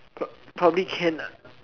pro~ probably can ah